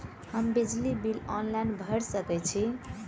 हम बिजली bill online भैर सकै छी?